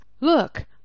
Look